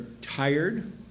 tired